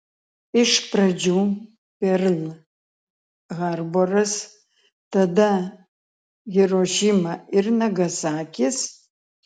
iš pradžių perl harboras tada hirošima ir nagasakis